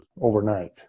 overnight